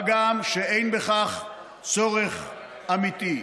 מה גם שאין בכך צורך אמיתי.